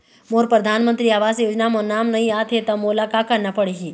मोर परधानमंतरी आवास योजना म नाम नई आत हे त मोला का करना पड़ही?